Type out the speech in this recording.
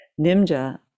nimja